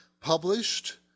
published